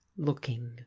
looking